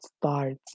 starts